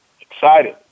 Excited